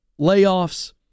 layoffs